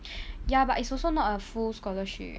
ya but it's also not a full scholarship